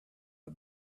are